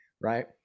right